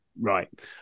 Right